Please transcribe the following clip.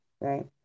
right